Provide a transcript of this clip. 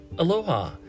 Aloha